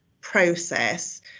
process